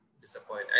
disappoint